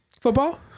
football